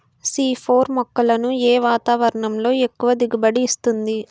C four మొక్కలను ఏ వాతావరణంలో ఎక్కువ దిగుబడి ఇస్తుంది?